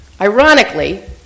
Ironically